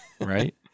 Right